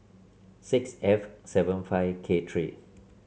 six F seven five K three